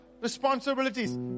responsibilities